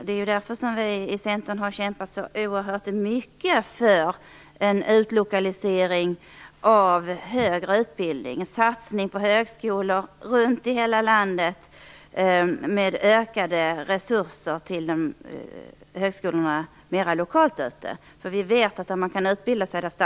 Det är därför som vi i Centern har kämpat så oerhört mycket för en utlokalisering av högre utbildning, för en satsning på högskolor runt om i hela landet, med ökade resurser till de lokala högskolorna. Vi vet att man stannar där man kan utbilda sig.